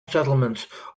settlements